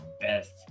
best